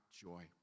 joy